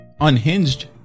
Unhinged